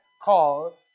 Called